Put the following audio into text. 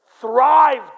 Thrived